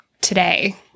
today